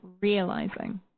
realizing